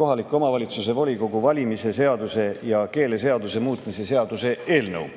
kohaliku omavalitsuse volikogu valimise seaduse ja keeleseaduse muutmise seaduse eelnõu,